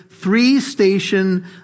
Three-station